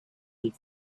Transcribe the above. and